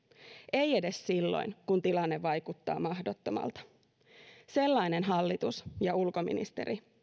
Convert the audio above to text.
ei edes silloin kun tilanne vaikuttaa mahdottomalta sellainen hallitus ja ulkoministeri